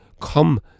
come